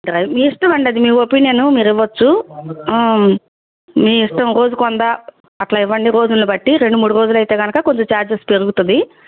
dry మీ ఇష్టమండి అది మీ ఓపీనియను మీరు ఇవ్వవచ్చు మీ ఇష్టం రోజుకు వంద అట్లా ఇవ్వండి రోజులు బట్టి రెండు మూడు రోజులు అయితే కనుక కొంచెం ఛార్జెస్ పెరుగుతుంది